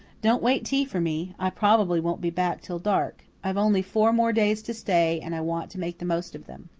don't wait tea for me. i probably won't be back till dark. i've only four more days to stay and i want to make the most of them.